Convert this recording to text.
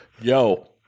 Yo